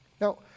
Now